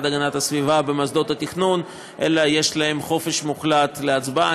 להגנת הסביבה במוסדות התכנון אלא יש להם חופש מוחלט בהצבעה.